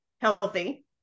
healthy